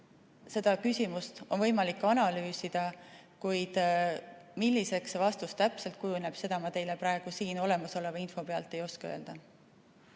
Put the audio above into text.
Seda küsimust on võimalik analüüsida, kuid milliseks see vastus täpselt kujuneb, seda ma teile praegu siin olemasoleva info põhjal öelda